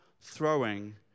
throwing